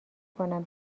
کنم